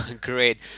Great